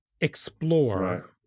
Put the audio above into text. explore